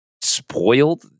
spoiled